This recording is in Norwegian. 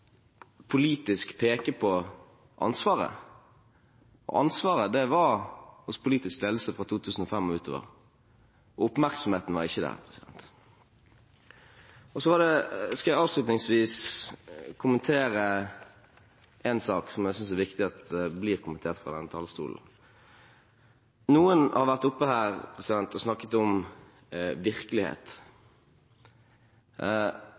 utover. Oppmerksomheten var ikke der. Avslutningsvis skal jeg kommentere en sak som jeg synes det er viktig at blir kommentert fra denne talerstolen. Noen har vært oppe her og snakket om virkelighet.